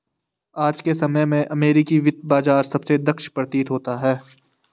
आज के समय में अमेरिकी वित्त बाजार सबसे दक्ष प्रतीत होता है